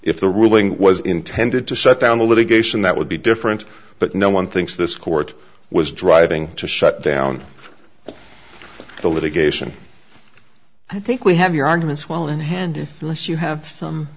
if the ruling was intended to shut down the litigation that would be different but no one thinks this court was driving to shut down the litigation i think we have your arguments well in hand if you have some